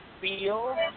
feel